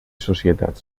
societat